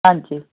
ਹਾਂਜੀ